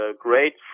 great